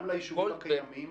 גם ליישובים הקיימים,